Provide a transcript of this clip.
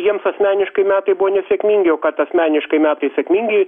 jiems asmeniškai metai buvo nesėkmingi o kad asmeniškai metai sėkmingi